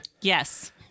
Yes